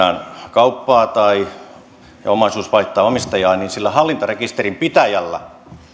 kauppaa ja omaisuus vaihtaa omistajaa niin sillä hallintarekisterin pitäjällä